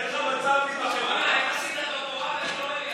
אין לך מצב להיבחר עוד פעם,